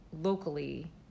locally